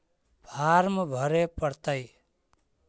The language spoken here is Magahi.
फार्म भरे परतय?